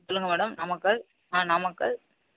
சொல்லுங்க மேடம் நாமக்கல் ஆ நாமக்கல்